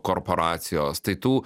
korporacijos tai tų